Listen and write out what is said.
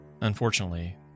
Unfortunately